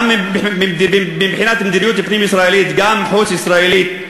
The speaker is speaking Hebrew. גם מבחינת מדיניות פנים-ישראלית, גם חוץ-ישראלית,